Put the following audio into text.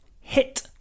hit